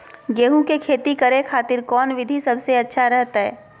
गेहूं के खेती करे खातिर कौन विधि सबसे अच्छा रहतय?